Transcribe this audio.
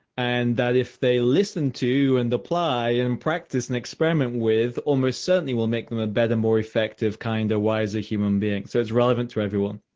and if they listen to and apply and practice and experiment with, almost certainly will make them a better, more effective, kind of wiser human being. so it's relevant to everyone.